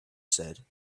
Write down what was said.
said